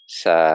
sa